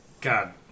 God